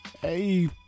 Hey